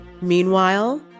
Meanwhile